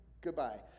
goodbye